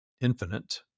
infinite